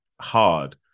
hard